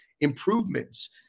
improvements